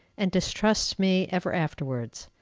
and distrusts me ever afterwards.